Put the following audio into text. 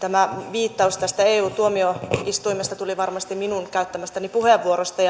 tämä viittaus tästä eu tuomioistuimesta tuli varmasti minun käyttämästäni puheenvuorosta